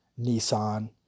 Nissan